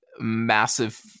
Massive